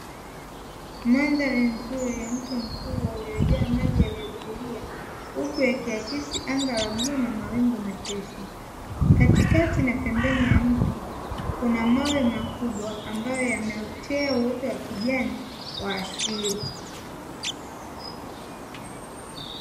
Mandhari nzuri ya mto mkubwa uliojaa maji yaliyotulia, huku yakiakisi anga la bluu na mawingu mepesi. Katikati na pembeni ya mto kuna mawe makubwa ambayo yameotea uoto wa kijani wa asili.